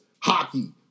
Hockey